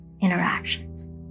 interactions